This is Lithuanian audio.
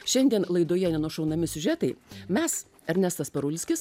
šiandien laidoje nenušunami siužetai mes ernestas parulskis